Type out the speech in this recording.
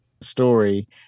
story